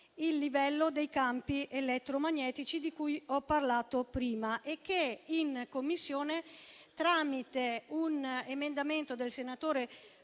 il livello dei campi elettromagnetici di cui ho parlato prima. In Commissione, tramite un emendamento del senatore